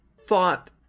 thought